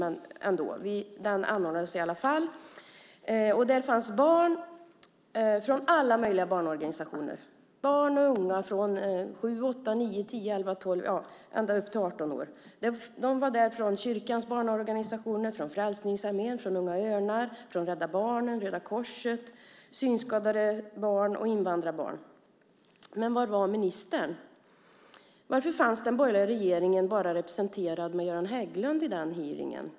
Men denna hearing anordnades i alla fall. Där fanns barn med från alla möjliga barnorganisationer, barn och unga ändå upp till 18 år. Barn och unga från kyrkans barnorganisationer, från Frälsningsarmén, från Unga Örnar, från Rädda Barnen, från Röda Korset var där, och det var synskadade barn och invandrarbarn. Men var var ministern? Varför var den borgerliga regeringen representerad av bara Göran Hägglund vid den hearingen?